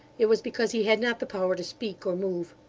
it was because he had not the power to speak or move.